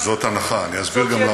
זאת הנחה, אני אסביר גם למה.